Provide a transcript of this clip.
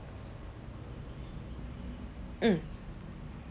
mm